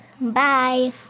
Bye